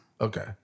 Okay